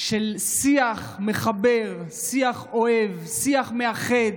של שיח מחבר, שיח אוהב, שיח מאחד.